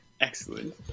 excellent